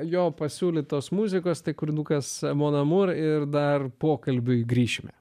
jo pasiūlytos muzikos tai kur nukasamo namo ir dar pokalbiui grįšime